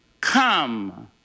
come